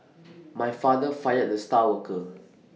my father fired the star worker